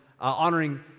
honoring